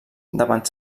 davant